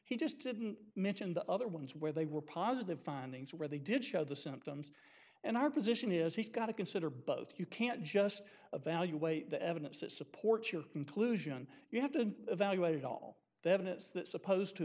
he just didn't mention the other ones where they were positive findings where they did show the symptoms and our position is he's got to consider both you can't just evaluate the evidence that supports your conclusion you have to evaluate all the evidence that supposed to